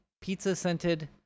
pizza-scented